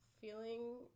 feeling